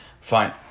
Fine